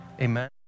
amen